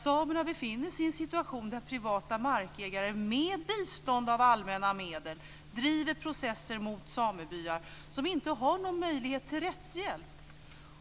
Samerna befinner sig i en situation där privata markägare med bistånd av allmänna medel driver processer mot samebyar som inte har någon möjlighet till rättshjälp.